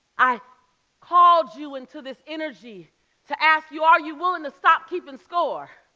i called you into this energy to ask you, are you willing to stop keeping score?